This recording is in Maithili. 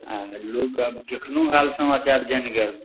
अँ लोकके आब कखनो हाल समाचार जानि गेल